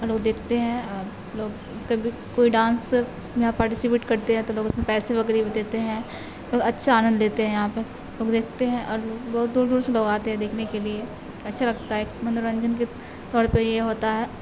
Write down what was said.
اور لوگ دیکھتے ہیں اور لوگ کبھی کوئی ڈانس یہاں پارٹیسپیٹ کرتے ہیں تو لوگ اس میں پیسے وغیرہ بھی دیتے ہیں لوگ اچھا آنند دیتے ہیں یہاں پہ لوگ دیکھتے ہیں اور بہت دور دور سے لوگ آتے ہیں دیکھنے کے لیے اچھا لگتا ہے منورنجن کے طور پہ یہ ہوتا ہے